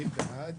אני בעד